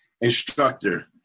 instructor